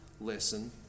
lesson